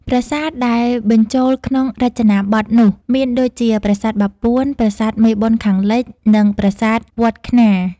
នៅឆ្នាំ១៩៨២ ព្រះករុណាព្រះបាទសម្តេចព្រះនរោត្តម សីហនុ ត្រូវបានជ្រើសតាំងជា ព្រះប្រធានកម្ពុជាប្រជាធិបតេយ្យជាលើកទី២។